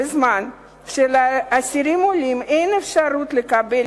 בזמן שלאסירים עולים אין אפשרות לקבל